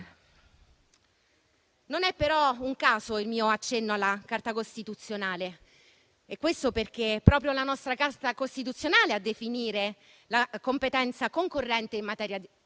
Non è però un caso il mio accenno alla Carta costituzionale, e questo perché è proprio la nostra Carta a definire la competenza concorrente in materia di